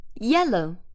Yellow